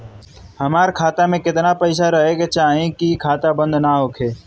हमार खाता मे केतना पैसा रहे के चाहीं की खाता बंद ना होखे?